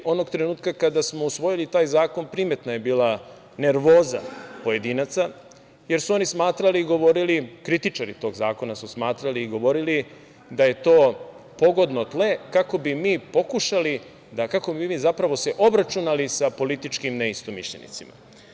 Onog trenutka kada smo usvojili taj zakon, primetna je bila nervoza pojedinaca, jer su oni smatrali i govorili, kritičari tog zakona, da je to pogodno tle kako bi se mi zapravo obračunali sa političkim neistomišljenicima.